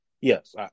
Yes